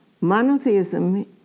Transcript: Monotheism